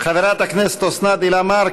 חברת הכנסת אוסנת הילה מארק,